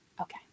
Okay